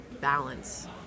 balance